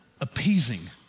appeasing